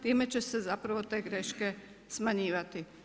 Time će se zapravo te greške smanjivati.